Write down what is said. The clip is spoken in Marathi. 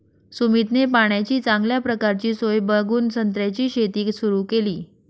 सुमितने पाण्याची चांगल्या प्रकारची सोय बघून संत्र्याची शेती सुरु केली